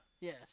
Yes